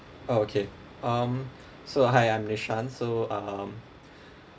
oh okay um so hi I'm nishan so um